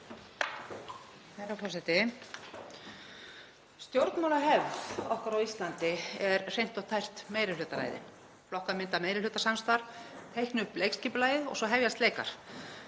Herra forseti. Stjórnmálahefð okkar á Íslandi er hreint og tært meirihlutaræði. Flokkar mynda meirihlutasamstarf, teikna upp leikskipulagið og svo hefjast leikar.